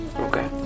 Okay